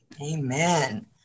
Amen